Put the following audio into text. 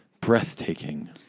Breathtaking